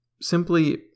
simply